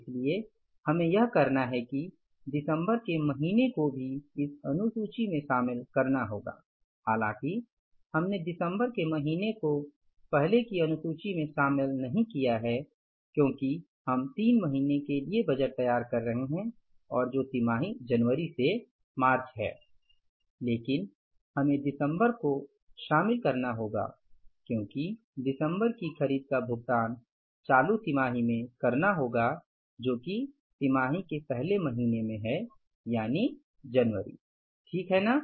इसलिए हमें यह करना है कि दिसंबर के महीने को भी इस अनुसूची में शामिल करना होगा हालाँकि हमने दिसंबर के महीने को पहले की अनुसूची में शामिल नहीं किया है क्योंकि हम तीन महीने के लिए बजट तैयार कर रहे हैं जो तिमाही जनवरी से मार्च है लेकिन हमें दिसंबर को शामिल करना होगा क्योंकि दिसंबर की खरीद का भुगतान चालू तिमाही में करना होगा जो कि तिमाही के पहले महीने में है यानि जनवरी ठीक है ना